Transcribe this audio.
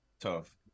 Tough